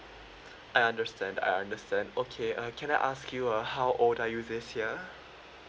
I understand I understand okay uh can I ask you uh how old are you this year